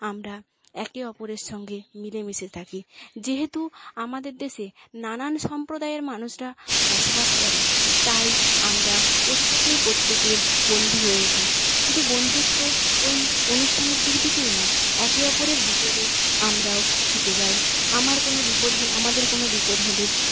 আমরা একে ওপরের সঙ্গে মিলেমিশে থাকি যেহেতু আমাদের দেশে নানান সম্প্রদায়ের মানুষরা বসবাস করে তাই আমরা প্রত্যেকেই প্রত্যেকের বন্ধু হয়ে উঠি শুধু বন্ধুত্ব ওই অনুষ্ঠানের দিক দিকেই নয় একে ওপরের বিপদে আমরাও ছুটে যাই আমার কোনো বিপদ হলে আমাদের কোনো বিপদ হলে